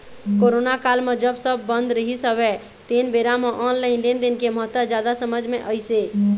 corona काल म जब सब बंद रहिस हवय तेन बेरा म ऑनलाइन लेनदेन के महत्ता जादा समझ मे अइस हे